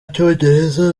cyongereza